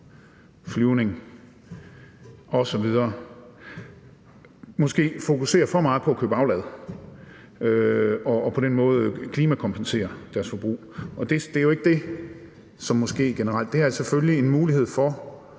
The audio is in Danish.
flyvning osv., måske fokuserer for meget på at købe aflad og på den måde klimakompenserer deres forbrug, og det er jo ikke det, som må ske generelt. Det her er selvfølgelig en mulighed for